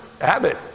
Abbott